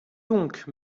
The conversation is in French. donc